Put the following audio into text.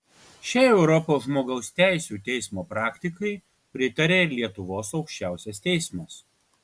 šiai europos žmogaus teisių teismo praktikai pritaria ir lietuvos aukščiausias teismas